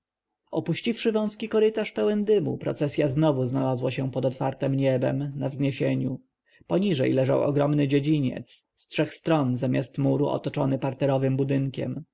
opuściwszy wąski korytarz pełen dymu procesja znowu znalazła się pod otwartem niebem na wzniesieniu poniżej leżał ogromny dziedziniec z trzech stron zamiast muru otoczony parterowym budynkiem